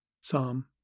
Psalm